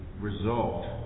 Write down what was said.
result